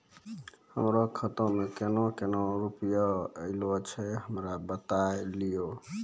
हमरो खाता मे केना केना रुपैया ऐलो छै? हमरा बताय लियै?